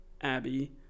Abby